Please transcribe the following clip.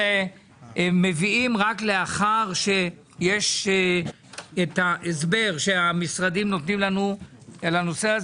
אנו מביאים רק לאחר שיש ההסבר שהמשרדים נותנים לנו לנושא.